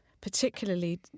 particularly